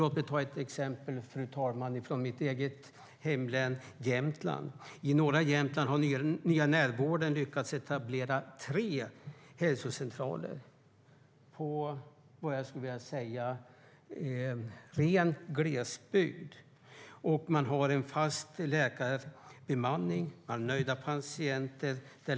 Låt mig ta ett exempel från mitt eget hemlän Jämtland. I norra Jämtland har Nya Närvården lyckats etablera tre hälsocentraler i glesbygd. Man har en fast läkarbemanning och nöjda patienter.